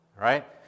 right